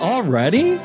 Already